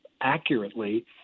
accurately